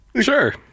Sure